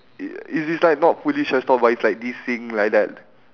i~ it is like not fully thrash talk but it's like dissing like that